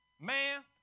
man